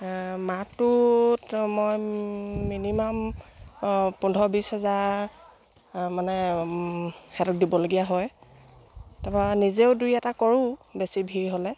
মাহটোত মই মিনিমাম পোন্ধৰ বিছ হাজাৰ মানে সিহঁতক দিবলগীয়া হয় তাৰপৰা নিজেও দুই এটা কৰোঁ বেছি ভিৰ হ'লে